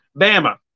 Bama